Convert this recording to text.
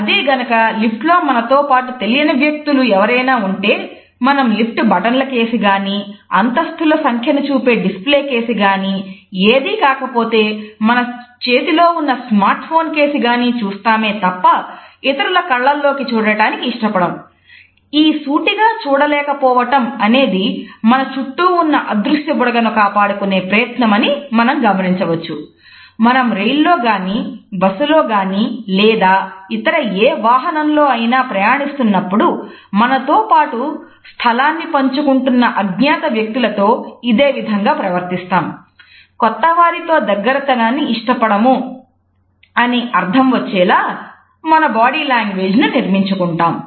అదే గనుక లిఫ్ట్ నిర్మించుకుంటాము